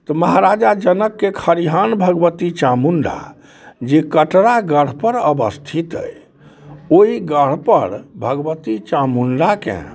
तऽ महाराजा जनकके खरिहान भगवती चामुण्डा जे कटरागढ़पर अवस्थित अइ ओइ गढ़पर भगवती चामुण्डाके